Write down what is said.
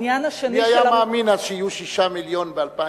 מי היה מאמין אז שיהיו 6 מיליון ב-2000?